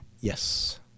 Yes